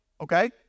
Okay